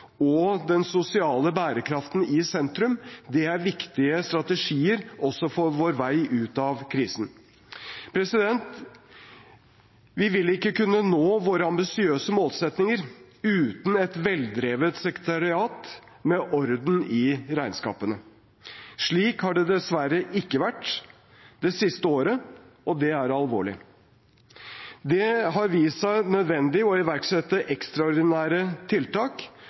og den sosiale bærekraften i sentrum. Det er viktige strategier også for vår vei ut av krisen. Vi vil ikke kunne nå våre ambisiøse målsettinger uten et veldrevet sekretariat med orden i regnskapene. Slik har det dessverre ikke vært det siste året, og det er alvorlig. Det har vist seg nødvendig å iverksette ekstraordinære tiltak.